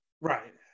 right